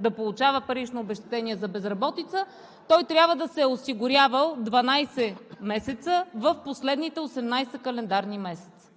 да получава парично обезщетение за безработица, той трябва да се е осигурявал 12 месеца в последните 18 календарни месеца.